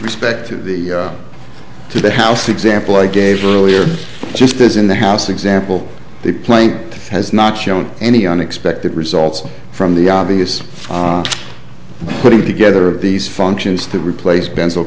respect to the to the house example i gave earlier just as in the house example the playing has not shown any unexpected results from the obvious putting together of these functions to replace pencil